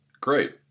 Great